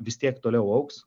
vis tiek toliau augs